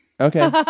Okay